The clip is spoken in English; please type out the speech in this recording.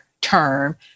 term